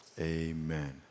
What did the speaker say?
amen